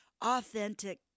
authentic